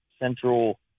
central